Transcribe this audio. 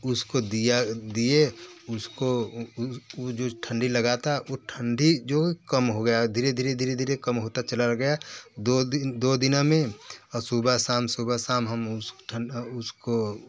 उसको दिया दिए उसको वो जो ठण्डी लगा था वो ठण्डी जो कम हो गया धीरे धीरे धीरे धीरे कम होता चला गया दो दी दो दिन में और सुबह शाम सुबह शाम हम उस ठण् उस को